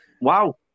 Wow